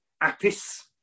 Apis